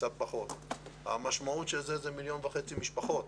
קצת פחות המשמעות של זה היא מיליון וחצי משפחות